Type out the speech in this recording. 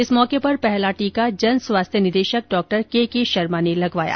इस मौके पर पहला टीका जन स्वास्थ्य निदेशक डॉ के के शर्मा ने लगवाया